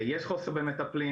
יש חוסר במטפלים.